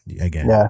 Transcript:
again